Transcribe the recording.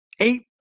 eight